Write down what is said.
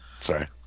sorry